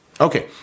Okay